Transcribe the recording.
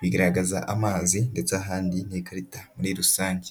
bigaragaza amazi ndetse ahandi n'ikarita muri rusange.